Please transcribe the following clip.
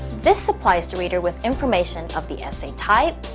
this supplies the reader with information of the essay type,